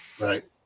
Right